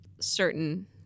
certain